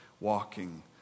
Walking